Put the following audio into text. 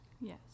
Yes